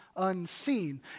unseen